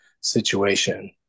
situation